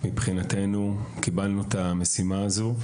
מבחינתנו קיבלנו את המשימה הזו,